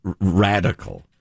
radical